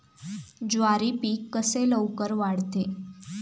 ज्वारी पीक कसे लवकर वाढते?